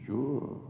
Sure